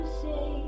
say